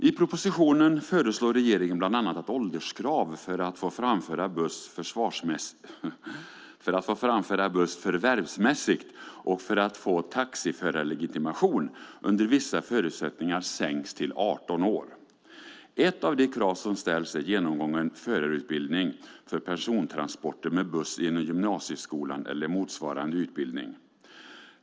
I propositionen föreslår regeringen bland annat att ålderskravet för att få framföra buss förvärvsmässigt och för att få taxiförarlegitimation under vissa förutsättningar sänks till 18 år. Ett av de krav som ställs är genomgången förarutbildning för persontransporter med buss inom gymnasieskolan eller motsvarande utbildning.